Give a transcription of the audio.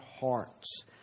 hearts